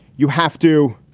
you have to.